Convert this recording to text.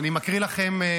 אני מקריא לכן,